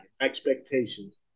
expectations